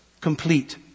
complete